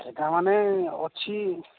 ସେଟାମାନେ ଅଛି